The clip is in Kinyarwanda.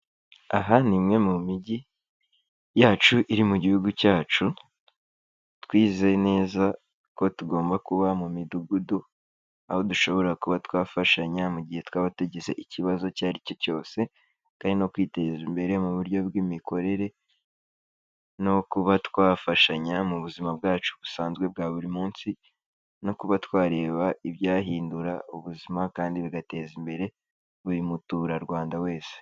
Aha ni imwe mu mijyi yacu iri mu gihugu cyacu, twizeye neza ko tugomba kuba mu midugudu aho dushobora kuba twafashanya mu gihe twaba tugize ikibazo icyo ari cyo cyose, kandi no kwiteza imbere mu buryo bw'imikorere no kuba twafashanya mu buzima bwacu busanzwe bwa buri munsi, no kuba twareba ibyahindura ubuzima, kandi bigateza imbere buri Muturarwanda wese.